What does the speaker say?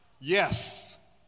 Yes